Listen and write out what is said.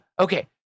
okay